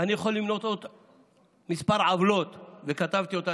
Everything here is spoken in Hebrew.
ואני יכול למנות עוד כמה עוולות, וכתבתי אותן.